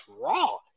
raw